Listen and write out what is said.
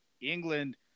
England